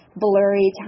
blurry